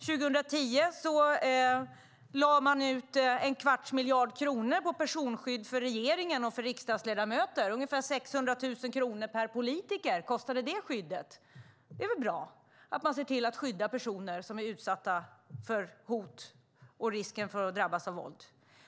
År 2010 lade man ut en kvarts miljard kronor på personskydd för regeringen och riksdagsledamöter. Det skyddet kostade ungefär 600 000 kronor per politiker. Det är bra att man ser till att skydda personer som är utsatta för hot och risk för att drabbas av våld.